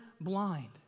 blind